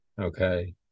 Okay